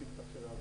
בסיפתח שלה,